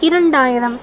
இரண்டாயிரம்